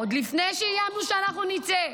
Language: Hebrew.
עוד לפני שאיימנו שאנחנו נצא,